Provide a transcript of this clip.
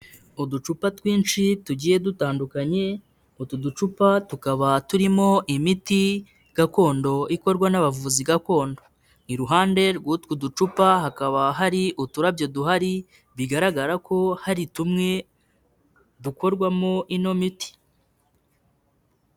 Uducupa twinshi tugiye dutandukanye, utu ducupa tukaba turimo imiti gakondo ikorwa n'abavuzi gakondo, iruhande rw'utwo ducupa hakaba hari uturabyo duhari, bigaragara ko hari tumwe dukorwamo ino miti.